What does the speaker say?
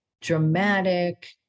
dramatic